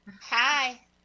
Hi